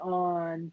on